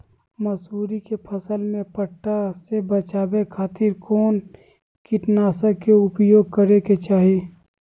मसूरी के फसल में पट्टा से बचावे खातिर कौन कीटनाशक के उपयोग करे के चाही?